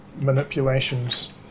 manipulations